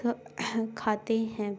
تو کھاتے ہیں